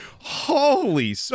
holy